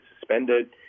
suspended